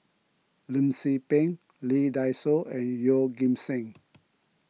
Lim Tze Peng Lee Dai Soh and Yeoh Ghim Seng